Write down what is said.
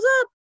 up